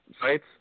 sites